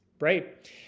right